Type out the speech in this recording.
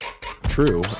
true